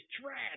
trash